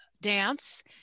dance